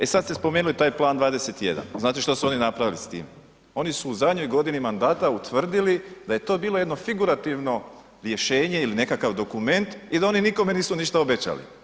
E sad ste spomenuli taj Plan 21, znate šta su oni napravili s tim, oni su u zadnjoj godini mandata utvrdili da je to bilo jedno figurativno rješenje ili nekakav dokument i da oni nikome nisu ništa obećali.